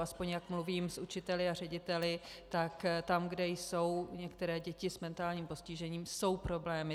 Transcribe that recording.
Aspoň jak mluvím s učiteli a řediteli, tak tam, kde jsou některé děti s mentálním postižením, jsou problémy.